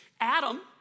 Adam